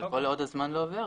כל עוד הזמן לא עובר,